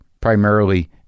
primarily